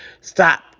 stop